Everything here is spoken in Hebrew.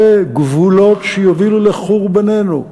שאלה גבולות שיובילו לחורבננו,